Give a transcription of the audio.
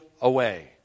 away